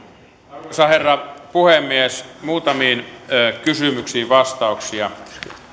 arvoisa herra puhemies muutamiin kysymyksiin vastauksia